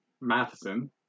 Matheson